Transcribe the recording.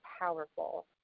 powerful